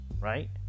right